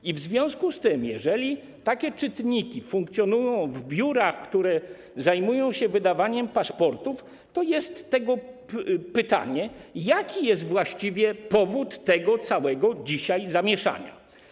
I w związku z tym, jeżeli takie czytniki funkcjonują w biurach, które zajmują się wydawaniem paszportów, to jest pytanie: Jaki jest właściwie powód tego całego dzisiejszego zamieszania?